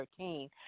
2013